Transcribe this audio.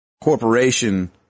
corporation